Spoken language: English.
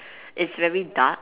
it's very dark